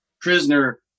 Prisoner